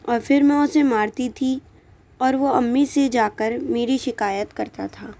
اور پھر میں اسے مارتی تھی اور وہ امی سے جا کر میری شکایت کرتا تھا